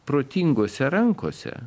protingose rankose